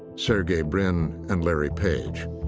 sergey brin and larry page.